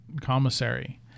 commissary